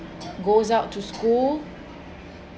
goes out to school